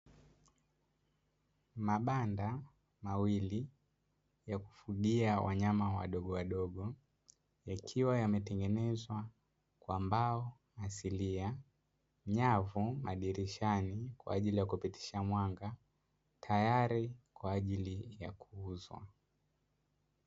Mabanda mawili yakufugia wanyama wadogo wadogo, yakiwa yametengenezwa kwa mbao asilia nyavu madirishani kwa ajili kupitisha mwanga tayari kwa kuuzwa.